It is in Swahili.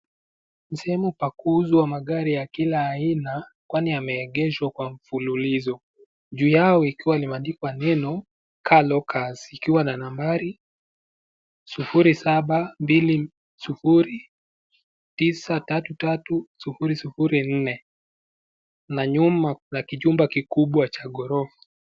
Sehemu ya kuuzwa magari ya kila aina kwani yameegeshwa kwa mfululizo, juu yao ikiwa imeandikwa neno CarLocus ikiwa na nambari sufuri saba, mbili sufuri, tisa tatu tatu, sufuri sufuri nne. Na nyuma kuna kijumba kikubwa cha ghorofa.